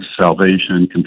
salvation